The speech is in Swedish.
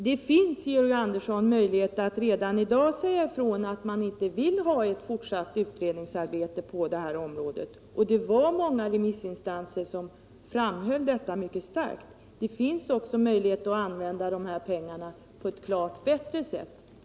Det finns, Georg Andersson, möjlighet att redan i dag säga ifrån att man inte vill ha ett fortsatt utredningsarbete på detta område. Många remissinstanser framhöll detta mycket starkt. Det finns också möjlighet att använda dessa pengar på ett klart bättre sätt.